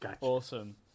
Awesome